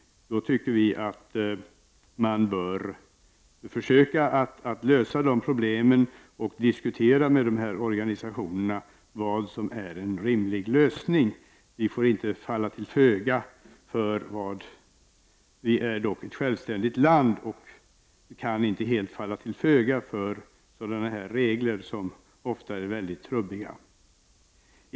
Vi tycker att man i diskussion med organisationerna bör försöka komma fram till en rimlig lösning av dessa problem. Vi får inte falla till föga. Sverige är dock ett självständigt land och kan inte helt ge upp sitt motstånd mot sådana här regler, som ofta är mycket trubbiga.